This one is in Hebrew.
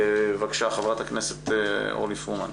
בבקשה, חברת הכנסת אורלי פרומן.